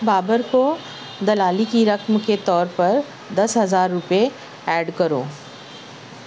بابر کو دلالی کی رقم کے طور پر دس ہزار روپیے ایڈ کرو